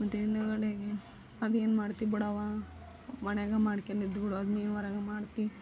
ಮತ್ತು ಹಿಂದುಗಡೆಗೆ ಅದೇನು ಮಾಡ್ತಿ ಬಿಡವ್ವ ಮನ್ಯಾಗ ಮಾಡ್ಕೊಂಡು ಇದ್ಬಿಡು ಅದ್ನೇನು ಹೊರಗಡೆ ಮಾಡ್ತಿ